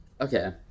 okay